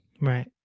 Right